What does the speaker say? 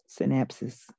synapses